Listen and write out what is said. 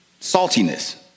saltiness